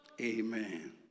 Amen